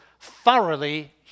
thoroughly